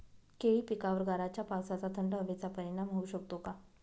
केळी पिकावर गाराच्या पावसाचा, थंड हवेचा परिणाम होऊ शकतो का?